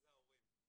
וזה ההורים.